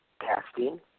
casting